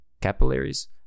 capillaries